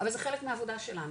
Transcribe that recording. אבל זה חלק מהעבודה שלנו,